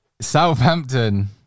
Southampton